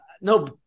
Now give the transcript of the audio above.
no